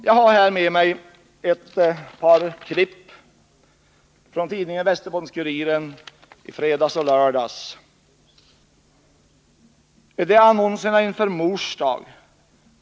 Jag har med mig ett par klipp från fredagsoch lördagsnumren av tidningen Västerbottens-Kuriren. Där finns annonser inför Mors dag.